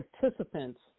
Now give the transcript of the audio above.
participants